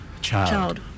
Child